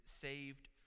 saved